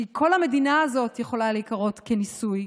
כי כל המדינה הזו יכולה להיקרא ניסוי.